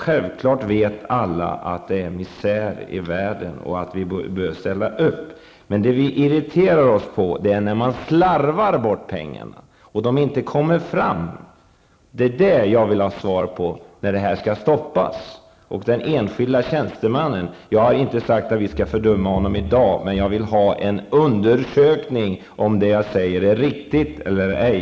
Självklart vet alla att det är misär i världen och att vi bör ställa upp. Men det vi irriterar oss på är när man slarvar bort pengar och de inte kommer fram. Jag vill ha svar på när detta skall stoppas. Jag har inte sagt att vi skall fördöma den enskilde tjänstemannen i dag, men jag vill ha en undersökning om ifall det jag säger är riktigt eller ej.